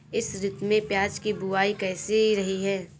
इस ऋतु में प्याज की बुआई कैसी रही है?